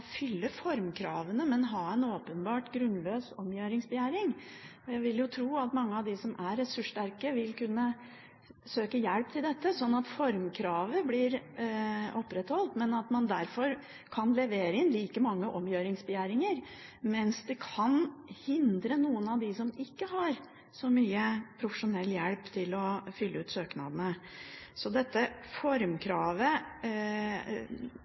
fylle formkravene, men ha en åpenbart grunnløs omgjøringsbegjæring. Jeg vil tro at mange av dem som er ressurssterke vil kunne søke hjelp til dette, så formkravet blir opprettholdt, men at man kan levere inn like mange omgjøringsbegjæringer, mens det kan hindre noen av dem som ikke har så mye profesjonell hjelp til å fylle ut søknadene. Så det er vanskelig å se hvordan dette formkravet